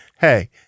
hey